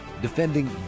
Defending